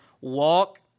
walk